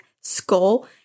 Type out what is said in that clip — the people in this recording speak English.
skull